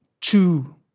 two